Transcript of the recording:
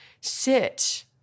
sit